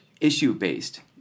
issue-based